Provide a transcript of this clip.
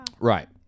Right